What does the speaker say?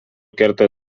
kerta